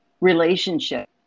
relationship